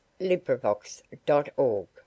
LibriVox.org